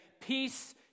peace